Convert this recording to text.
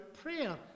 prayer